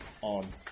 on